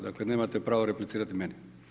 Dakle, nemate pravo replicirati meni.